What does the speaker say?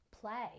Play